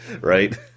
Right